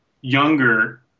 younger